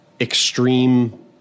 extreme